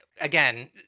again